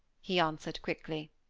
he answered quickly.